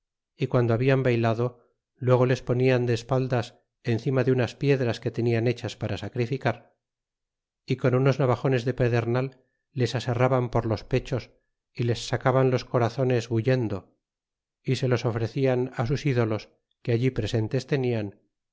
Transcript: y guando hablan haylado luego les ponian de espaldas encima de unas piedras que tenian hechas para sacrificar y con unos navajones de pedreñal les aserraban por los pechos y les sacaban los corazones bullendo y se los ofrecian sus ídolos que allí presentes tenían